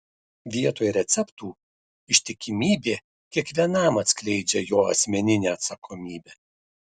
vietoj receptų ištikimybė kiekvienam atskleidžia jo asmeninę atsakomybę